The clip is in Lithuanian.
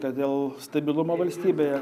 kad dėl stabilumo valstybėje